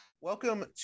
welcome